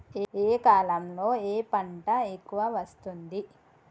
ఏ కాలంలో ఏ పంట ఎక్కువ వస్తోంది?